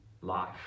life